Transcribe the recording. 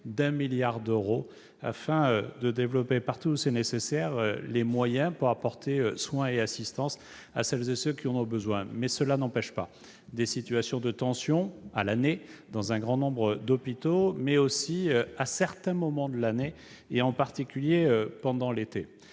de 1 milliard d'euros, afin de développer, partout où c'est nécessaire, les moyens d'apporter soins et assistance à celles et ceux qui en ont besoin. Cela n'empêche pas l'apparition de situations de tension dans un grand nombre d'hôpitaux, notamment à certains moments de l'année, en particulier l'été.